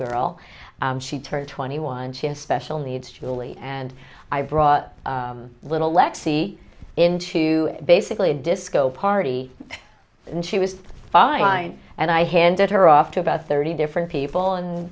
girl she turned twenty one she has special needs julie and i brought little lexi in to basically a disco party and she was fine and i handed her off to about thirty different